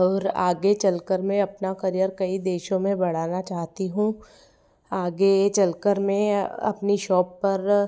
और आगे चलकर मैं अपना करियर कई देशों में बढ़ाना चाहती हूँ आगे चलकर मैं अपनी शॉप पर